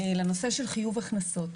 לנושא חיוב הכנסות.